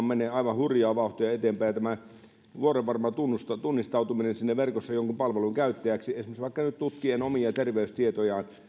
menee aivan hurjaa vauhtia eteenpäin tämä digitaalinen maailma ja tämä vuorenvarma tunnistautuminen siinä verkossa jonkun palvelun käyttäjäksi esimerkiksi vaikka nyt tutkiakseen omia terveystietojaan